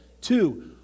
two